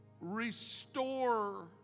restore